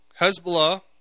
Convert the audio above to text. Hezbollah